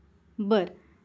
बरं